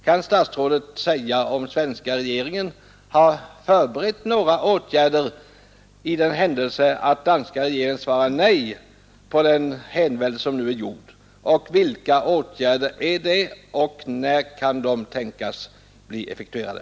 Kan statsrådet säga om svenska regeringen har förberett några åtgärder för den händelse danska regeringen svarar nej på den hänvändelse som nu har gjorts? Vilka åtgärder är det, och när kan de tänkas bli effektuerade?